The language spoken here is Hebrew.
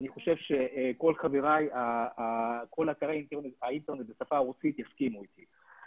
אני חושב שכל חבריי בכל אתרי האינטרנט בשפה הרוסית יסכימו איתי.